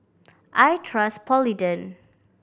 I trust Polident